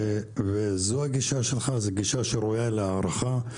זו הגישה שלך, זו גישה שראויה להערכה.